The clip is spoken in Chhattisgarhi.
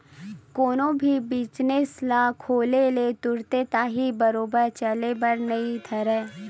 कोनो भी बिजनेस ह खोले ले तुरते ताही बरोबर चले बर नइ धरय